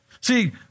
See